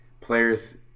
players